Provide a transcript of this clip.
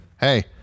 hey